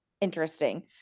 interesting